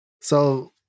So-